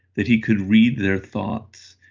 that he could read their thoughts.